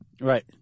Right